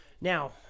Now